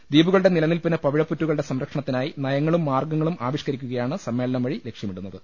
ദ്വീപുകളുടെ നിലനില്പ്പിന് പവിഴപ്പുറ്റുക ളുടെ സംരക്ഷണത്തിനായി നയങ്ങളും മാർഗ്ഗങ്ങളും ആവിഷ്ക്കരിക്കുകയാണ് സമ്മേളനം വഴി ലക്ഷ്യമിടു ന്നത്